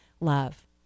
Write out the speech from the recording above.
love